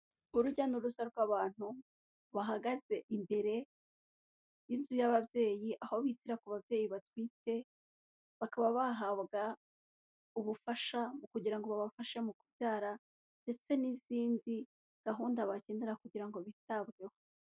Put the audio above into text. Urujya n'uruza rw'abantu bahagaze imbere y'inzu y'ababyeyi aho bitira ku babyeyi batwite, bakaba bahabwa ubufasha kugira ngo babafashe mu kubyara ndetse n'izindi gahunda bakenera kugira ngo bitabweho.